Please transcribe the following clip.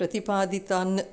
प्रतिपादितान्